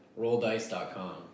RollDice.com